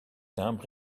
timbre